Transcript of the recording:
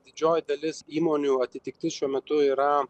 didžioji dalis įmonių atitiktis šiuo metu yra